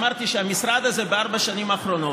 אמרתי שהמשרד הזה בארבע השנים האחרונות